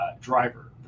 driver